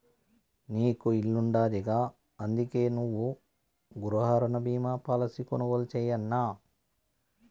నీకు ఇల్లుండాదిగా, అందుకే నువ్వు గృహరుణ బీమా పాలసీ కొనుగోలు చేయన్నా